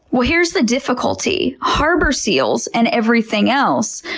well, here's the difficulty. harbor seals, and everything else,